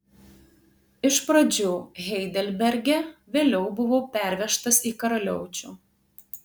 iš pradžių heidelberge vėliau buvau pervežtas į karaliaučių